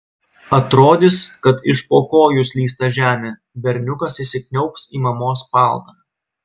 atrodys kad iš po kojų slysta žemė berniukas įsikniaubs į mamos paltą